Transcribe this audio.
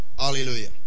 Hallelujah